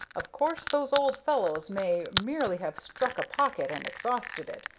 of course those old fellows may merely have struck a pocket and exhausted it,